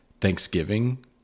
Thanksgiving